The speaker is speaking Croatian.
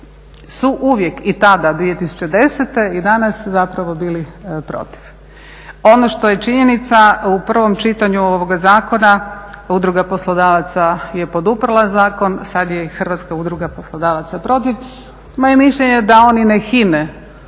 su uvijek i tada 2010. i danas zapravo bili protiv. Ono što je činjenica u prvom čitanju ovoga Zakona Udruga poslodavaca je poduprla Zakon, sada je i Hrvatska udruga poslodavaca protiv. Moje mišljenje je da oni ne hine